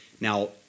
Now